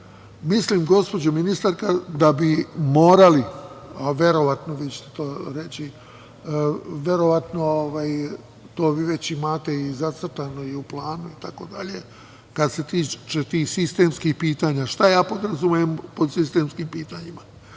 zakona. Mislim, gospođo ministarka, da bi morali, a verovatno, vi ćete to reći, verovatno vi to već imate zacrtano i u planu, itd, kad se tiče tih sistemskih pitanja, šta ja podrazumevam pod sistemskim pitanjima?